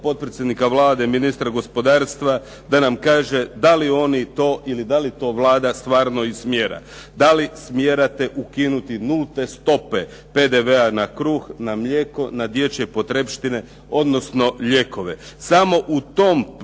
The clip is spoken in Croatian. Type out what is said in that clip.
potpredsjednika Vlade, ministra gospodarstva da nam kaže da li oni to ili da li to Vlada stvarno smjera. Da li smjerate ukinuti nulte stope PDV-a na kruh, na mlijeko, na dječje potrepštine, odnosno lijekove.